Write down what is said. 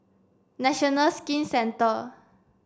National Skin Centre